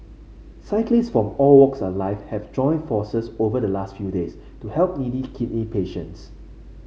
cyclist from all walks of life have joined forces over the last few days to help needy kidney patients